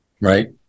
right